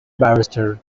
barrister